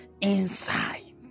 inside